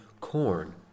corn